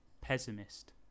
pessimist